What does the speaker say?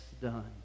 done